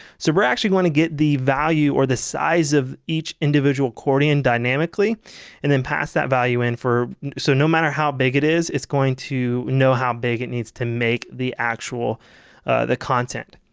so we're actually going to get the value or the size of each individual accordion dynamically and then pass that value in, so no matter how big it is it's going to know how big it needs to make the actual the content.